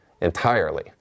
Entirely